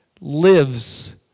lives